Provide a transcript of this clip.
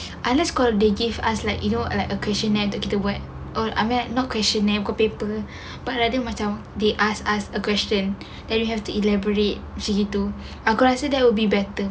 unless kalau they give us like you know like a questionnaire untuk kita buat or I mean like not questionnaire atau paper but I think macam they ask us a question that you have to elaborate begitu aku rasa it will be better